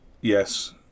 Yes